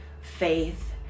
faith